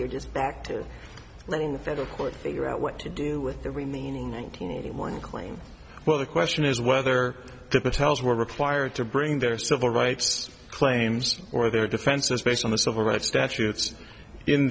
you're just back to letting the federal court figure out what to do with the remaining nineteen eighty one claim well the question is whether patel's were required to bring their civil rights claims or their defenses based on the civil rights statutes in